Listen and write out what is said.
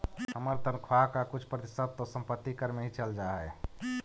हमर तनख्वा का कुछ प्रतिशत तो संपत्ति कर में ही चल जा हई